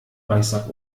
reissack